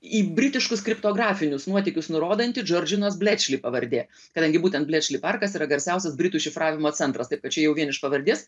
į britiškus kriptografinius nuotykius nurodanti džordžinos bletšli pavardė kadangi būtent bletšli parkas yra garsiausias britų šifravimo centras taip kad čia jau vien iš pavardės